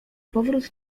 powrót